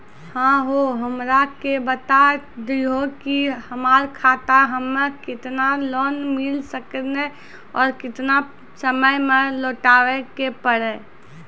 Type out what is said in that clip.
है हो हमरा के बता दहु की हमार खाता हम्मे केतना लोन मिल सकने और केतना समय मैं लौटाए के पड़ी?